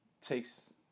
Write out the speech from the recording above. takes